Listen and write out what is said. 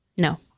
No